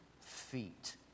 feet